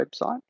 website